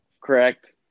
correct